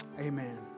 Amen